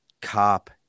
cop